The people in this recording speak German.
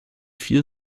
vier